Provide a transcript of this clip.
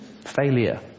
failure